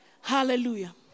Hallelujah